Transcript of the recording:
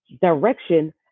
direction